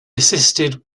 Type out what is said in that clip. assisted